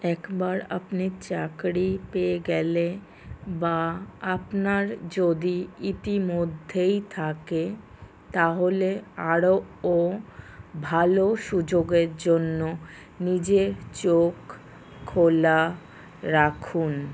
একবার আপনি চাকরি পেয়ে গেলে বা আপনার যদি ইতিমধ্যেই থাকে তাহলে আরও ভালো সুযোগের জন্য নিজের চোখ খোলা রাখুন